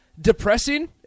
depressing